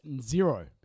zero